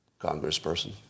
congressperson